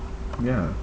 ya